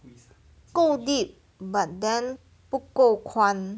够 deep but then 不够宽